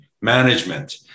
management